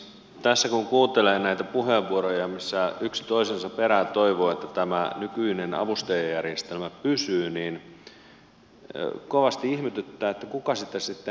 tässä kun kuuntelee näitä puheenvuoroja missä yksi toisensa perään toivoo että tämä nykyinen avustajajärjestelmä pysyy niin kovasti ihmetyttää kuka sitä sitten ajaa